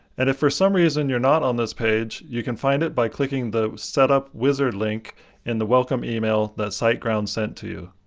and, if for some reason you're not on this page, you can find it by clicking the setup wizard link in the welcome email that siteground sent to you.